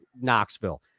Knoxville